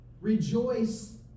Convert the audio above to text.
Rejoice